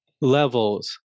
levels